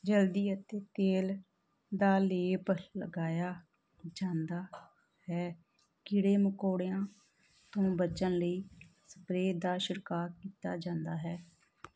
ਜਲਦੀ ਇੱਥੇ ਤੇਲ ਦਾ ਲੇਪ ਲਗਾਇਆ ਜਾਂਦਾ ਹੈ ਕੀੜੇ ਮਕੌੜਿਆਂ ਤੋਂ ਬਚਣ ਲਈ ਸਪਰੇਅ ਦਾ ਛਿੜਕਾਅ ਕੀਤਾ ਜਾਂਦਾ ਹੈ